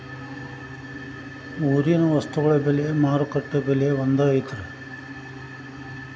ಊರಿನ ವಸ್ತುಗಳ ಬೆಲೆ ಮಾರುಕಟ್ಟೆ ಬೆಲೆ ಒಂದ್ ಐತಿ?